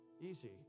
Easy